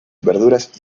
verduras